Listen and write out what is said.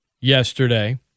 yesterday